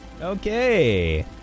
okay